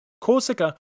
Corsica